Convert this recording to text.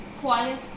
quiet